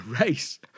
race